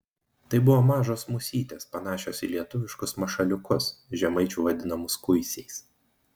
tai buvo mažos musytės panašios į lietuviškus mašaliukus žemaičių vadinamus kuisiais